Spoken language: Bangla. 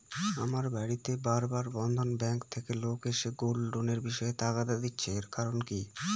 আমার বাড়িতে বার বার বন্ধন ব্যাংক থেকে লোক এসে গোল্ড লোনের বিষয়ে তাগাদা দিচ্ছে এর কারণ কি?